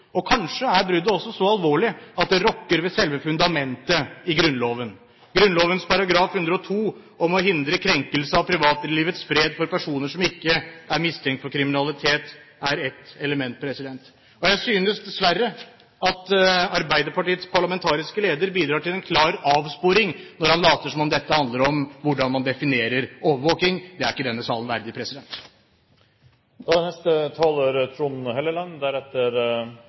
og kanskje er bruddet også så alvorlig at det rokker ved selve fundamentet i Grunnloven. Grunnloven § 102 om å hindre krenkelse av privatlivets fred for personer som ikke er mistenkt for kriminalitet, er ett element. Jeg synes dessverre at Arbeiderpartiets parlamentariske leder bidrar til en klar avsporing når han later som om dette handler om hvordan man definerer overvåking. Det er ikke denne salen verdig. Jeg synes det er